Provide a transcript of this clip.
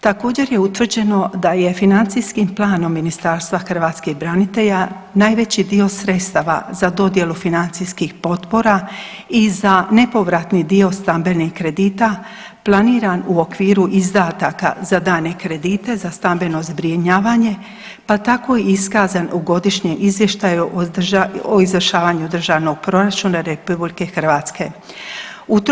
Također je utvrđeno da je financijskim planom Ministarstva hrvatskih branitelja najveći dio sredstava za dodjelu financijskih potpora i za nepovratni dio stambenih kredita planiran u okviru izdataka za dane kredite za stambeno zbrinjavanje, pa tako i iskazan u godišnjem izvještaju o izvršavanju državnog proračuna Republike Hrvatske.